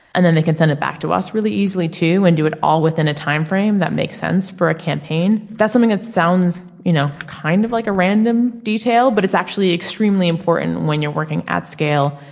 and then they can send it back to us really easily two and do it all within a timeframe that makes sense for a campaign. that's something it sounds you know kind of like a random detail but it's actually extremely important when you're working at scale.